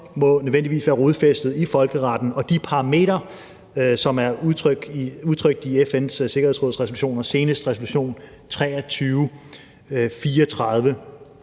må nødvendigvis være rodfæstet i folkeretten og de parametre, som er udtrykt i FN's sikkerhedsrådsresolutioner, senest i resolution 2334.